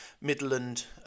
midland